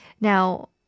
Now